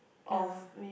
ya